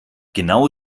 genau